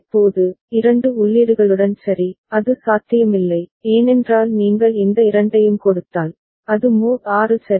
இப்போது இரண்டு உள்ளீடுகளுடன் சரி அது சாத்தியமில்லை ஏனென்றால் நீங்கள் இந்த இரண்டையும் கொடுத்தால் அது மோட் 6 சரி